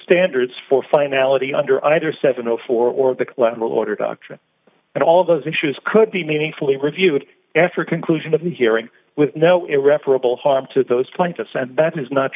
standards for finality under either seven o four or the collateral order doctrine and all of those issues could be meaningfully reviewed after conclusion of the hearing with no irreparable harm to those t